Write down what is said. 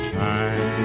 time